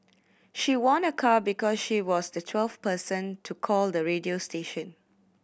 she won a car because she was the twelfth person to call the radio station